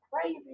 crazy